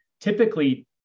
typically